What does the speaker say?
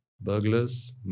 Burglars